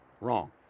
Wrong